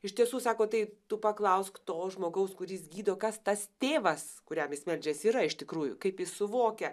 iš tiesų sako tai tu paklausk to žmogaus kuris gydo kas tas tėvas kuriam jis meldžiasi yra iš tikrųjų kaip jis suvokia